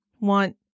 want